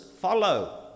follow